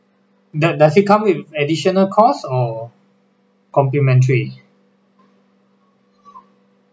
does does it come with additional cost or complimentary